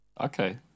okay